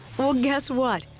well guess what?